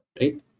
right